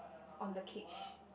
on the cage